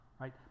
right